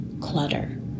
clutter